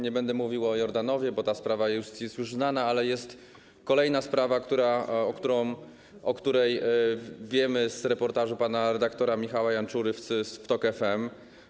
Nie będę mówił o Jordanowie, bo ta sprawa jest już znana, ale jest kolejna sprawa, o której wiemy z reportażu pana redaktora Michała Janczury z TOK FM.